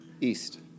east